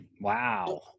Wow